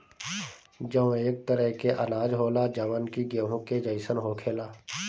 जौ एक तरह के अनाज होला जवन कि गेंहू के जइसन होखेला